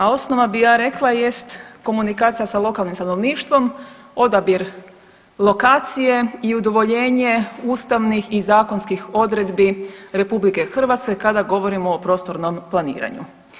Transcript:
A osnova bi ja rekla jest komunikacija sa lokalnim stanovništvom, odabir lokacije i udovoljenje ustavnih i zakonskih odredbi RH kada govorimo o prostornom planiranju.